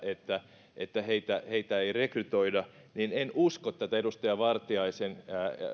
että että heitä heitä ei rekrytoida niin en usko tätä edustaja vartiaisen